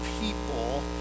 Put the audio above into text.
people